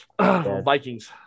Vikings